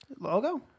Logo